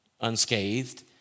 unscathed